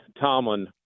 Tomlin